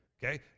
Okay